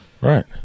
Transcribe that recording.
right